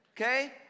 Okay